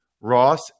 ross